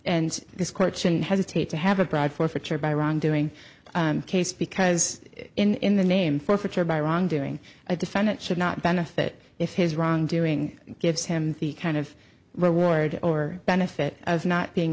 and this court shouldn't hesitate to have a broad forfeiture by wrongdoing case because in the name forfeiture by wrongdoing a defendant should not benefit if his wrongdoing gives him the kind of reward or benefit of not being